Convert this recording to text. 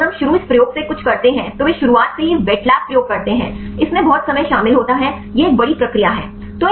इसलिए अगर हम शुरू इस प्रयोग से सब कुछकरते हैं तो वे शुरुआत से ही वेट लैब प्रयोग करते हैं तो इसमें बहुत समय शामिल होता है यह एक बड़ी प्रक्रिया है